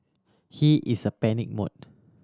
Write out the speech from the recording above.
he is a panic mode